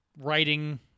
writing